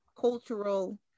cultural